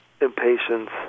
impatience